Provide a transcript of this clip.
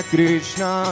Krishna